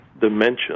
dimension